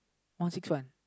one six one